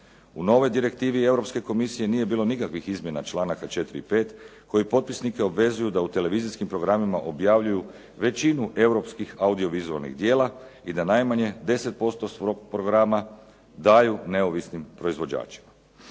U novoj direktivi Europske komisije nije bilo nikakvih izmjena članaka 4. i 5. koji potpisnike obvezuju da u televizijskim programima objavljuju većinu europskih audio vizualnih dijela i da najmanje 10% svog programa daju neovisnim proizvođačima.